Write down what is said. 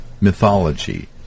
mythology